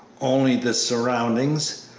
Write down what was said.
only the surroundings.